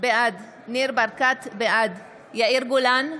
בעד יאיר גולן,